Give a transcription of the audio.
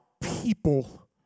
people